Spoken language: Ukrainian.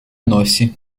носі